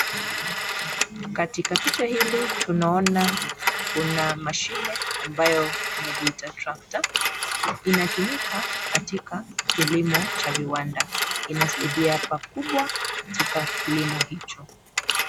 Katika picha hii tunaona kuna mashine ambayo inajiita tractor . Inatumika katika kilimo cha viwanda. Inasaidia pakubwa katika kilimo hicho.